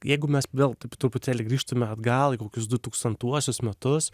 jeigu mes vėl taip truputėlį grįžtume atgal į kokius du tūkstantuosius metus